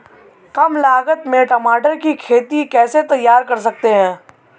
कम लागत में टमाटर की खेती कैसे तैयार कर सकते हैं?